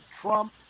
Trump